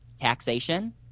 taxation